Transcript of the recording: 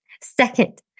Second